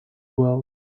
world